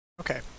Okay